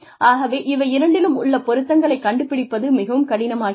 ஆகவே இவை இரண்டிலும் உள்ள பொருத்தங்களைக் கண்டுபிடிப்பது மிகவும் கடினமாகிறது